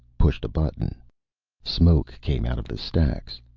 pushed a button smoke came out of the stacks.